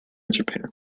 japan